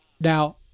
Now